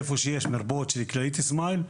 איפה שיש מרפאות של כללית סמייל,